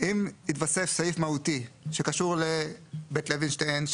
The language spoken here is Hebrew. אם יתווסף סעיף מהותי שקשור לבית לוינשטיין,